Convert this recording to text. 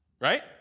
right